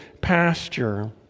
pasture